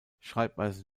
schreibweise